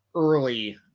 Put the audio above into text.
early